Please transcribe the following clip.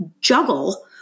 juggle